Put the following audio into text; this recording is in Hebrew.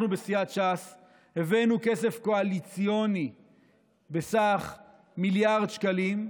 אנחנו בסיעת ש"ס הבאנו כסף קואליציוני בסך מיליארד שקלים.